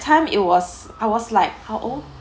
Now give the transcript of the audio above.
time it was I was like how old